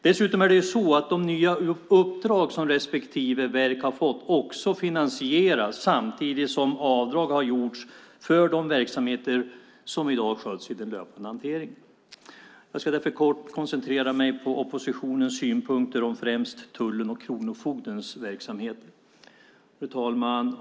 De nya uppdrag som respektive verk har fått finansieras dessutom samtidigt som avdrag har gjorts för de verksamheter som i dag sköts i den löpande hanteringen. Jag ska därför kort koncentrera mig på oppositionen synpunkter på främst tullens och kronofogdens verksamheter. Fru talman!